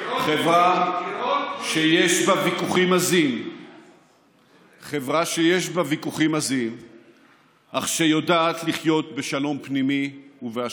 חברה שיש בה ויכוחים עזים אך שיודעת לחיות בשלום פנימי ובהשלמה.